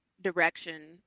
direction